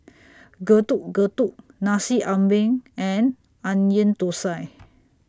Getuk Getuk Nasi Ambeng and Onion Thosai